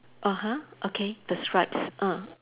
(uh huh) okay the stripes ah